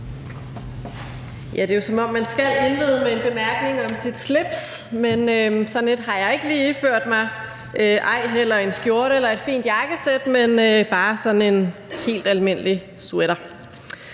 det er jo, som om man skal indlede med en bemærkning om sit slips, men sådan et har jeg ikke lige iført mig, ej heller en skjorte eller et fint jakkesæt, men bare sådan en helt almindelig sweater.